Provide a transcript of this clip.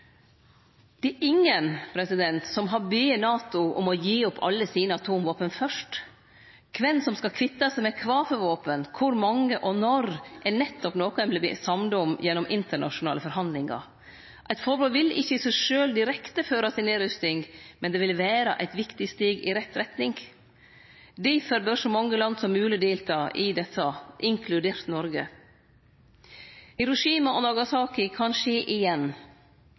Det er ingen som har bede NATO om å gi opp alle sine atomvåpen fyrst. Kven som skal kvitte seg med kva for våpen, kor mange, og når, er nettopp noko ein bør verte samde om gjennom internasjonale forhandlingar. Eit forbod vil ikkje i seg sjølv direkte føre til nedrusting, men det vil vere eit viktig steg i rett retning. Difor bør så mange land som mogleg delta i desse, inkludert Noreg. Hiroshima og Nagasaki kan skje igjen.